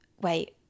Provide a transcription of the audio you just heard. wait